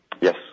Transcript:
Yes